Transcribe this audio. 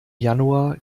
januar